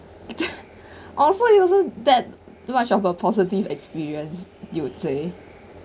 also you also that much of a positive experience you would say